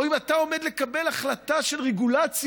או אם אתה עומד לקבל החלטה של רגולציה